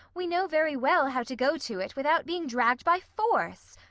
we know very well how to go to it without being dragged by force.